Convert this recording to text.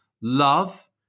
love